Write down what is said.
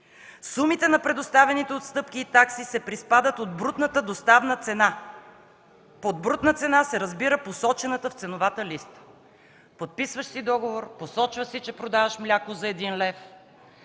„Сумите на предоставените отстъпки и такси се приспадат от брутната доставна цена”. Под брутна цена се разбира посочената в ценовата листа. Подписваш си договор, посочваш си, че продаваш мляко за 1 лв.,